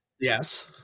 yes